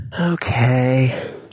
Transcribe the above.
Okay